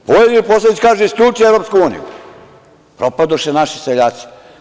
Pojedini poslanici kažu – isključi Evropsku uniju, propadoše naši seljaci.